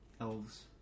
elves